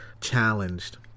challenged